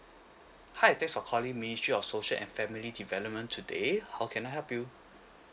hi thanks for calling ministry of social and family development today how can I help you